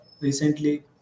recently